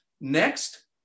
Next